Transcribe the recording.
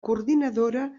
coordinadora